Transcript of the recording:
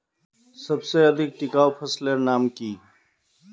सबसे अधिक टिकाऊ फसलेर नाम की?